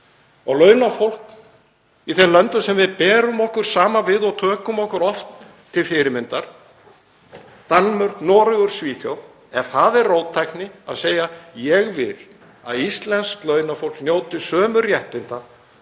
og launafólk í þeim löndum sem við berum okkur saman við og tökum okkur oft til fyrirmyndar, Danmörku, Noregi og Svíþjóð. Ef það er róttækni að segja: Ég vil að íslenskt launafólk njóti sömu réttinda